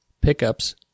Pickups